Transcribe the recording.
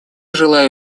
желаю